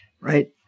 right